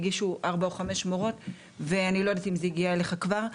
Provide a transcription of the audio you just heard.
הגישו 4 או 5 מורות ואני לא יודעת אם זה הגיע אליך כבר.